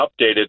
updated